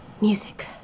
music